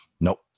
Nope